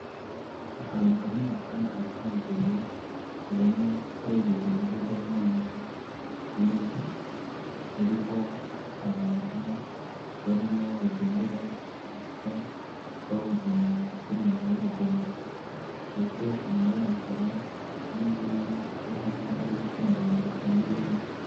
Ahantu hanini kandi hisanzuye, ubona hari urugomero rw'amazi runini, ruriho abantu barimo bagendera ku duhanda twabugenewe turi inyuma y'urugomero, ndetse inyuma yaho hari n'inzu nini isa nk'aho ari yo itunganyirizwamo ibindi.